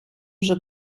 вже